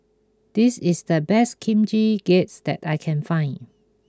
this is the best Kimchi Jjigae that I can find